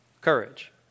courage